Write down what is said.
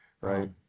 right